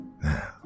Now